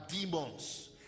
demons